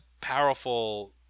powerful